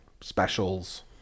Specials